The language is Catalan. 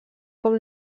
com